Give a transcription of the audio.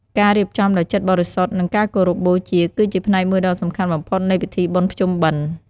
ការរៀបចំដោយចិត្តបរិសុទ្ធ និងការគោរពបូជា គឺជាផ្នែកមួយដ៏សំខាន់បំផុតនៃពិធីបុណ្យភ្ជុំបិណ្ឌ។